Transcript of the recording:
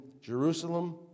Jerusalem